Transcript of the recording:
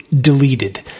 deleted